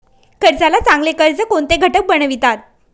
कर्जाला चांगले कर्ज कोणते घटक बनवितात?